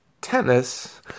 tennis